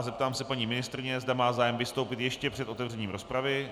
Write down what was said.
Zeptám se paní ministryně, zda má zájem vystoupit ještě před otevřením rozpravy.